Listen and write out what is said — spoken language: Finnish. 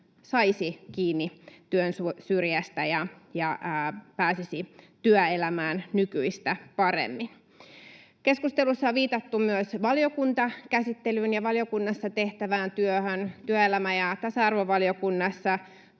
saisi kiinni työn syrjästä ja pääsisi työelämään nykyistä paremmin. Keskustelussa on viitattu myös valiokuntakäsittelyyn ja valiokunnassa tehtävään työhön. Työelämä- ja tasa-arvovaliokunnassa